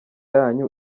yanyu